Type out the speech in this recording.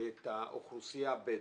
את האוכלוסייה הבדואית,